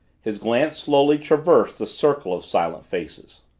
his glance slowly traversed the circle of silent faces.